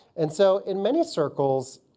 and so in many circles,